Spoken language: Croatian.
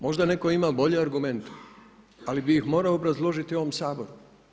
Možda netko ima bolje argumente ali bi ih morao obrazložiti u ovom Saboru.